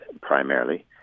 primarily